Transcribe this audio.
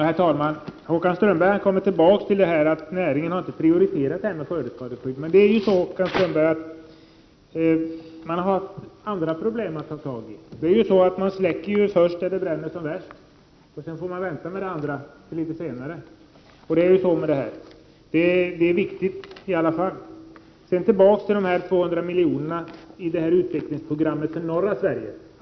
Herr talman! Håkan Strömberg återkommer till frågan om att näringen inte har prioriterat skördeskadeskyddet. Då vill jag framhålla att man har haft andra problem att ta itu med. Det är ju så, att man släcker först där det brinner som värst. Annat får vänta tills litet senare. På samma sätt förhåller det sig med skördeskadeskyddet, som ju trots allt är en viktig fråga. Sedan något om de 200 miljonerna vad gäller utvecklingsprogrammet för norra Sverige.